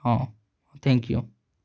ହଁ thank you